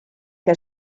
que